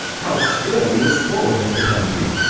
how scurvily this forwardness becomes you!